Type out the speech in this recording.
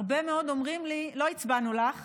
הרבה מאוד אומרים לי: לא הצבענו לך,